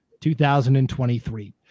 2023